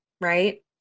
right